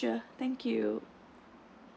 okay sure thank you